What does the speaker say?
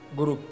Guru